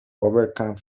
overcome